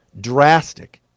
drastic